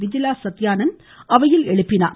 விஜிலா சத்தியானந்த் அவையில் எழுப்பினார்